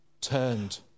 turned